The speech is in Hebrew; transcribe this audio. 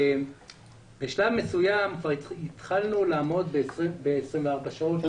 בשלב מסוים כבר התחלנו לעמוד ב-24 שעות.